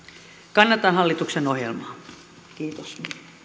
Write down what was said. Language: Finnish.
kannatan hallituksen ohjelmaa kiitos